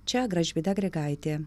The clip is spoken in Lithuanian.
čia gražvyda grigaitė